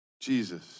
Jesus